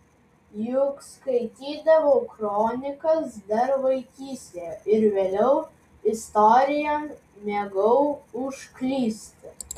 juk skaitydavau kronikas dar vaikystėje ir vėliau istorijon mėgau užklysti